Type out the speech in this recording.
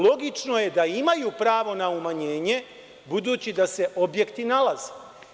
Logično je da imaju pravo na umanjenje, budući da se objekti nalaze.